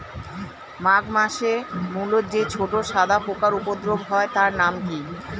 মাঘ মাসে মূলোতে যে ছোট সাদা পোকার উপদ্রব হয় তার নাম কি?